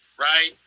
right